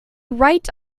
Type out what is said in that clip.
right